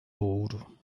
ouro